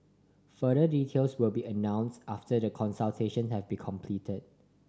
further details will be announced after the consultation have been completed